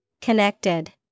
Connected